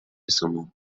سموم